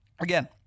Again